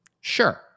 Sure